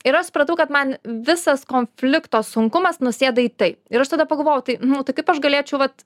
ir aš supratau kad man visas konflikto sunkumas nusėda į tai ir aš tada pagalvojau tai nu tai kaip aš galėčiau vat